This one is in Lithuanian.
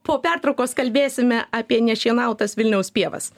po pertraukos kalbėsime apie nešienautas vilniaus pievas